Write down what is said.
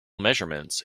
measurements